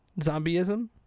Zombieism